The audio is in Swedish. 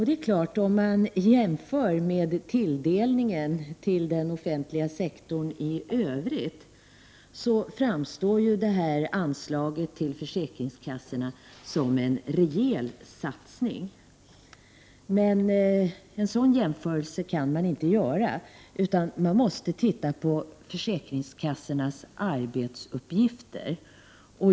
Det är klart att om man jämför med tilldelningen till den offentliga sektorn i övrigt, framstår anslaget till försäkringskassorna som en rejäl satsning. Men en sådan jämförelse kan man inte göra, utan man måste titta på försäkringskassornas arbetsuppgifter.